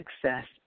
success